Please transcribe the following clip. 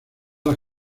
las